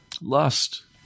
lust